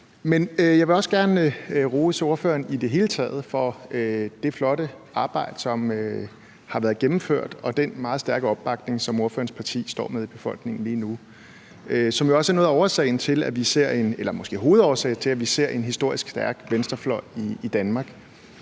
Men jeg vil også gerne rose ordføreren i det hele taget for det flotte arbejde, som har været gennemført, og den meget stærke opbakning, som ordførerens parti står med i befolkningen lige nu, som jo også er noget af årsagen eller måske hovedårsagen til, at vi ser en historisk stærk venstrefløj i Danmark.